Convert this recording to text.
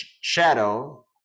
shadow